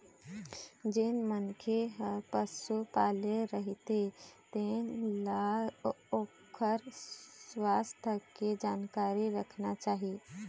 जेन मनखे ह पशु पाले रहिथे तेन ल ओखर सुवास्थ के जानकारी राखना चाही